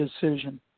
decision